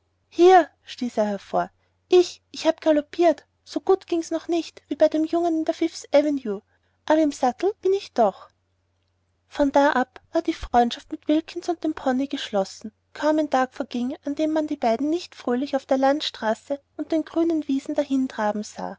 hier stieß er hervor ich ich hab galoppiert so gut ging's noch nicht wie bei dem jungen in der fifth avenue aber im sattel bin ich doch von da ab war die freundschaft mit wilkins und dem pony geschlossen kaum ein tag verging an dem man die beiden nicht fröhlich auf der landstraße und den grünen wiesen dahin traben sah